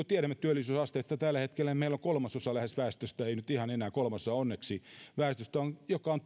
tiedämme työllisyysasteesta tällä hetkellä meillähän on lähes kolmasosa väestöstä ei nyt enää ihan kolmasosa onneksi sellaista joka on